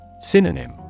Synonym